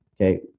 okay